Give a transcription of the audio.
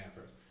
first